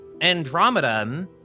Andromeda